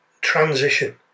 transition